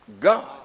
God